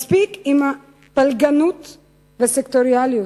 מספיק עם הפלגנות הסקטוריאלית.